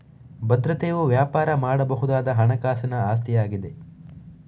ಭದ್ರತೆಯು ವ್ಯಾಪಾರ ಮಾಡಬಹುದಾದ ಹಣಕಾಸಿನ ಆಸ್ತಿಯಾಗಿದೆ